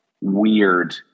weird